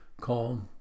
call